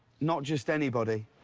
not just anybody.